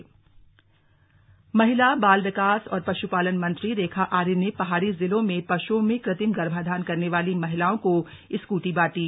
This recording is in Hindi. रेखा आर्य महिला बाल विकास और पशुपालन मंत्री रेखा आर्य ने पहाड़ी जिलों में पशुओं में कृत्रिम गर्भाधान करने वाली महिलाओं को स्कूटी बांटी